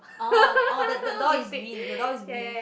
orh orh the door is green the door is green